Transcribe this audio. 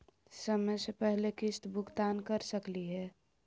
समय स पहले किस्त भुगतान कर सकली हे?